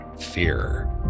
fear